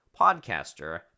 Podcaster